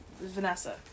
Vanessa